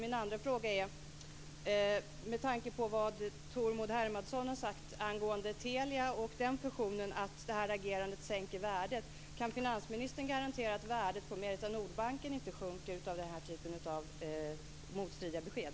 Min andra fråga är: Kan finansministern, med tanke på vad Tormod Hermansen har sagt angående Telia och den fusionen - att det här agerandet sänker värdet - garantera att värdet på Merita Nordbanken inte sjunker av den här typen av motstridiga besked?